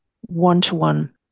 one-to-one